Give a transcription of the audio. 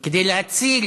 כדי להציל